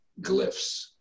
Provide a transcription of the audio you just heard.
glyphs